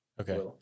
Okay